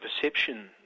perception